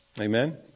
Amen